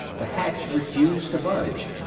the hatch refused to budge.